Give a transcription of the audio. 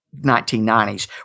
1990s